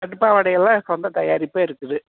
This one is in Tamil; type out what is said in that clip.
பட்டு பாவாடை எல்லாம் சொந்த தயாரிப்பே இருக்குது